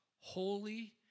holy